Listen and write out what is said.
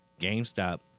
GameStop